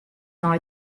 nei